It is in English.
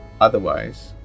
Otherwise